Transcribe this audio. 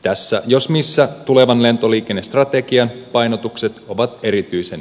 tässä jos missä tulevan lentoliikennestrategian painotukset ovat erityisen